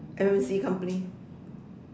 currency company